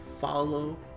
follow